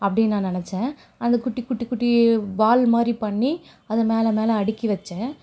அப்படின்னு நான் நினச்சேன் அந்த குட்டி குட்டி குட்டி பால் மாதிரி பண்ணி அது மேலே மேலே அடுக்கி வச்சேன்